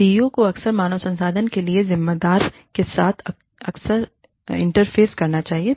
CEO को अक्सर मानव संसाधन के लिए जिम्मेदार के साथ अक्सर इंटरफेस करना चाहिए